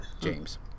James